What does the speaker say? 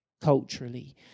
culturally